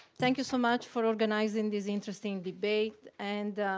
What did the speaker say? thank you so much for organizing this interesting debate, and